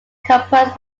composed